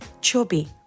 chubby